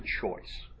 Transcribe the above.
choice